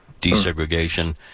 desegregation